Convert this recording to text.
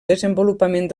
desenvolupament